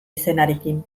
izenarekin